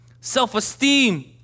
self-esteem